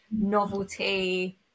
novelty